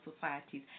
societies